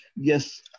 Yes